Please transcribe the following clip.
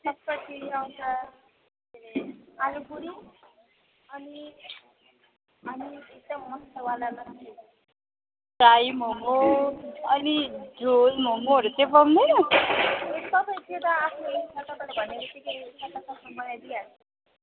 चट्पटी आउँछ के अरे आलुपुरी अनि फ्राई मोमो अनि झोल मोमोहरू चाहिँ बन्दैन